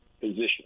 position